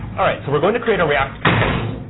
all right, so we're going to create a react component,